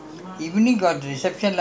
I can't remember all these people